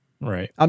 Right